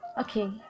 Okay